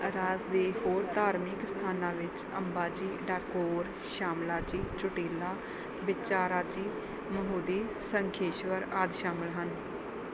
ਰਾਜ ਦੇ ਹੋਰ ਧਾਰਮਿਕ ਅਸਥਾਨਾਂ ਵਿੱਚ ਅੰਬਾਜੀ ਡਾਕੋਰ ਸ਼ਾਮਲਾਜੀ ਚੋਟੀਲਾ ਬੇਚਾਰਾਜੀ ਮਹੁਦੀ ਸ਼ੰਖੇਸ਼ਵਰ ਆਦਿ ਸ਼ਾਮਲ ਹਨ